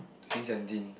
twenty seventeenth